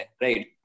right